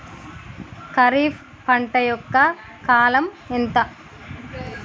ఖరీఫ్ పంట యొక్క కాలం ఎంత?